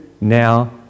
now